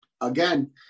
again